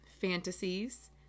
fantasies